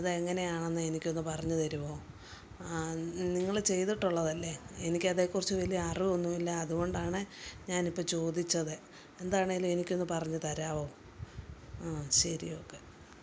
അതെങ്ങനെയാണെന്നെനിക്കൊന്നു പറഞ്ഞു തരുമോ നിങ്ങൾ ചെയ്തിട്ടുള്ളതല്ലെ എനിക്കതേക്കുറിച്ച് വലിയ അറിവൊന്നുമില്ല അതുകൊണ്ടാണെ ഞാനിപ്പം ചോദിച്ചത് എന്താണേലും എനിക്കൊന്നു പറഞ്ഞു താരാമോ ആ ശരി ഓക്കെ